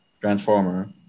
transformer